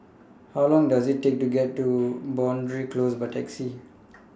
How Long Does IT Take to get to Boundary Close By Taxi